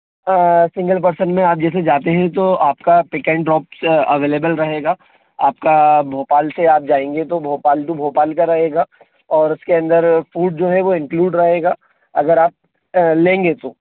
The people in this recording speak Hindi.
सिंगल पर्सन में आप जैसे जाते हैं तो आप का पिक एण्ड ड्रॉप्स अवेलबल रहेगा आप का भोपाल से आप जाएंगे तो भोपाल टू भोपाल का रहेगा और उस के अंदर फ़ूड जो है वो इन्क्लूड रहेगा अगर आप लेंगे तो